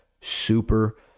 super